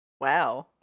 Wow